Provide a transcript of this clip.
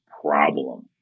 problem